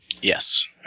Yes